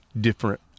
different